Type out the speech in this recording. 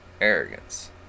Arrogance